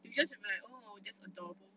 they will just be like that's adorable